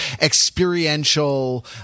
experiential